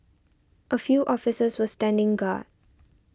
a few officers were standing guard